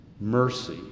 mercy